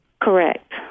correct